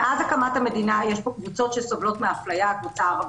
מאז הקמת המדינה יש קבוצות שסובלות מהפליה: הקבוצה הערבית,